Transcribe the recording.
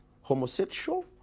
homosexual